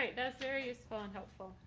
and that's very useful and helpful.